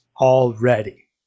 already